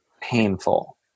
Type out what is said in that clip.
painful